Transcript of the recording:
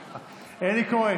(קוראת בשמות חברי הכנסת) איימן עודה,